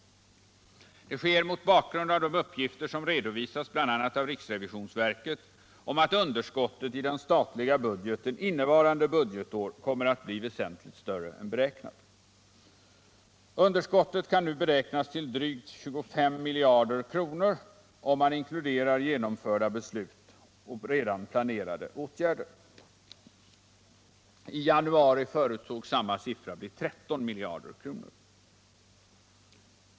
Det sker mot bakgrund av de uppgifter som redovisats bl.a. av riksrevisionsverket om att underskottet i den statliga budgeten innevarande budgetår kommer att bli väsentligt större än beräknat. Underskottet innevarande budgetår kan nu beräknas till drygt 25 miljarder kronor - om man inkluderar genomförda beslut och redan planerade åtgärder. I våras förutsågs det bli 13 miljarder kronor.